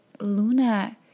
Luna